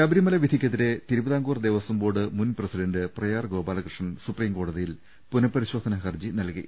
ശബരിമല വിധിക്കെതിരെ തിരുവിതാംകൂർ ദേവസ്വം ബോർഡ് മുൻ president Prayar Gopalakrishnan supreme കോടതിയിൽ പുനഃപരിശോ ധനാ ഹർജി നൽകി